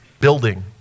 building